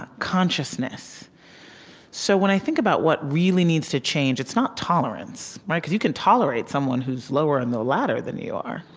consciousness so when i think about what really needs to change, it's not tolerance, right, because you can tolerate someone who's lower on the ladder than you are.